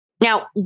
Now